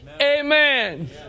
Amen